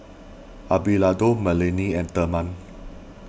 Abelardo Melanie and therman